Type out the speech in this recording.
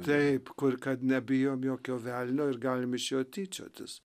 taip kur kad nebijom jokio velnio ir galim iš jo tyčiotis